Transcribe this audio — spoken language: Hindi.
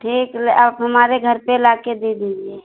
ठीक आप हमारे घर पर लाकर दे दीजिए